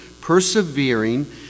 persevering